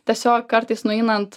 tiesiog kartais nueinant